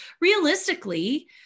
realistically